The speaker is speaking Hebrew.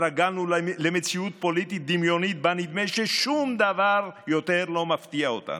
התרגלנו למציאות פוליטית דמיונית שבה נדמה ששום דבר כבר לא מפתיע אותנו.